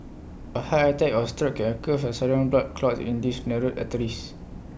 A heart attack or stroke can occur from sudden blood clots in these narrowed arteries